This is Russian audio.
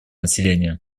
населения